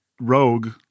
rogue